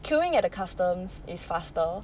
queuing at a customs is faster